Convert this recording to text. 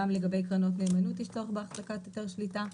גם לגבי קרנות נאמנות יש לנו בהחזקת היתר שליטה.